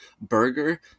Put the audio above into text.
burger